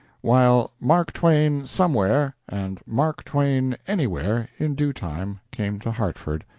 while mark twain, somewhere, and mark twain, anywhere, in due time came to hartford.